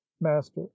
master